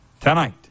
tonight